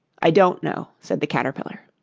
i don't know said the caterpillar.